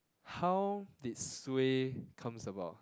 how did suay comes about